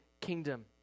kingdom